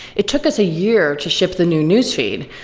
it took us a year to ship the new newsfeed,